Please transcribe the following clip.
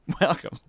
Welcome